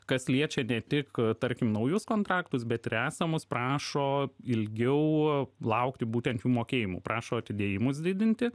kas liečia ne tik tarkim naujus kontraktus bet ir esamus prašo ilgiau laukti būtent jų mokėjimų prašo atidėjimus didinti